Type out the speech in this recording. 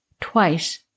Twice